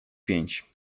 pięć